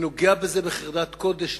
אני נוגע בזה בחרדת קודש,